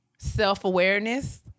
self-awareness